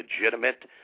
legitimate